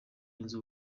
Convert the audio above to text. yunze